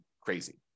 crazy